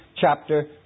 chapter